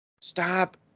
Stop